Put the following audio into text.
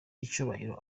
icyubahiro